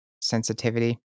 sensitivity